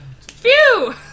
Phew